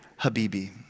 Habibi